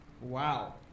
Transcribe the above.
Wow